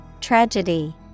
Tragedy